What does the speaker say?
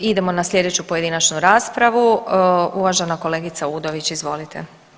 Idemo na slijedeću pojedinačnu raspravu, uvažena kolegica Udović izvolite.